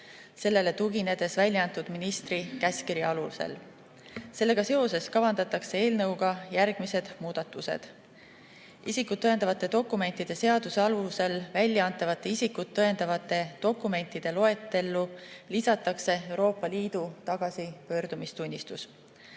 sellele tuginedes välja antud ministri käskkirja alusel. Sellega seoses kavandatakse eelnõuga järgmised muudatused. Isikut tõendavate dokumentide seaduse alusel välja antavate isikut tõendavate dokumentide loetellu lisatakse Euroopa Liidu tagasipöördumistunnistus.